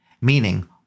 meaning